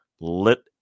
lit